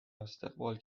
استقبال